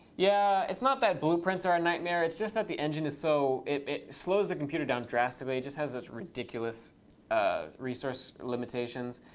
yeah, it's not that blueprints are a nightmare. it's just that the engine is so it slows the computer down drastically. it just has these ridiculous ah resource limitations.